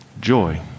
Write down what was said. Joy